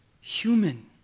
human